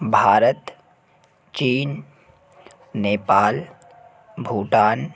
भारत चीन नेपाल भूटान